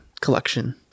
collection